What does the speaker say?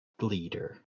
Leader